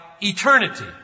eternity